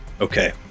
Okay